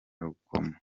rukomo